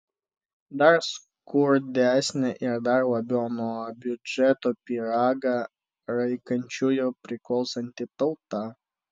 dar skurdesnė ir dar labiau nuo biudžeto pyragą raikančiųjų priklausanti tauta